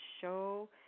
show